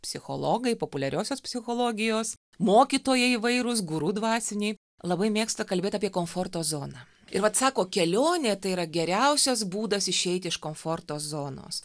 psichologai populiariosios psichologijos mokytojai įvairūs guru dvasiniai labai mėgsta kalbėt apie komforto zoną ir vat sako kelionė tai yra geriausias būdas išeiti iš komforto zonos